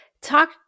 talk